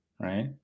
right